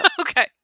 Okay